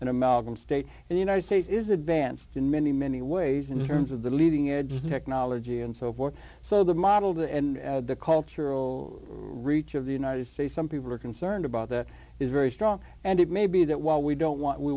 an amalgam state and united states is advanced in many many ways in terms of the leading edge technology and so forth so the model that and the cultural reach of the united states some people are concerned about that is very strong and it may be that while we don't want we